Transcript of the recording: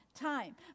time